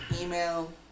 email